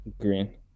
Green